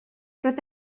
roedd